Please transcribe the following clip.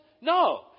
No